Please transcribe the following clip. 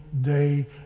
day